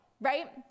Right